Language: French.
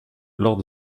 lors